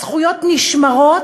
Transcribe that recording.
כדי להראות שהזכויות נשמרות,